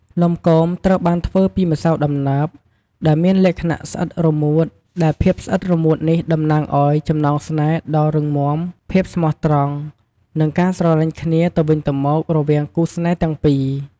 នំគមត្រូវបានធ្វើពី ម្សៅដំណើប ដែលមានលក្ខណៈស្អិតរមួតដែលភាពស្អិតរមួតនេះតំណាងឲ្យចំណងស្នេហ៍ដ៏រឹងមាំភាពស្មោះត្រង់ និងការស្រឡាញ់គ្នាទៅវិញទៅមក រវាងគូរស្នេហ៍ទាំងពីរ។